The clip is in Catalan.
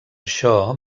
això